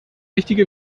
richtige